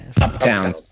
Uptown